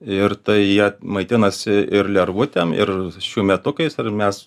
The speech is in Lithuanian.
ir tai jie maitinasi ir lervutėm ir šiųmetukais ir mes